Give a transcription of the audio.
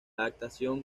adaptación